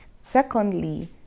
secondly